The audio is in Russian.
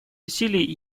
усилий